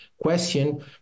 Question